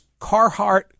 Carhartt